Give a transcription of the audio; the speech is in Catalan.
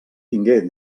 tingué